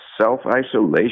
self-isolation